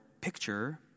picture